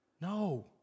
No